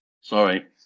Sorry